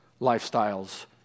lifestyles